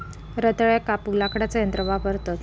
रताळ्याक कापूक लाकडाचा यंत्र वापरतत